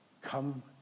Come